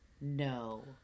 No